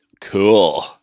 Cool